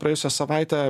praėjusią savaitę